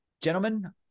Gentlemen